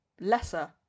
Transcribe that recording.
lesser